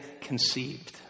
conceived